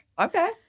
Okay